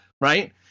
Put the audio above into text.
Right